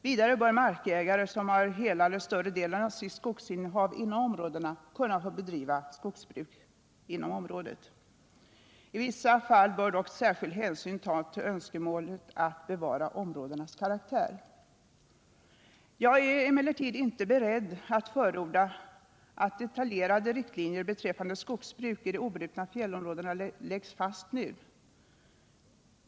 Vidare bör markägare, som har hela eller större delen = vissa s.k. obrutna av sitt skogsinnehav inom områdena, kunna få bedriva skogsbruk inom = fjällområden områdena. I dessa fall bör dock särskild hänsyn tas till önskemålet att bevara områdenas karaktär. Jag är emellertid inte beredd att förorda att detaljerade riktlinjer beträffande skogsbruk i de obrutna fjällområdena läggs fast nu.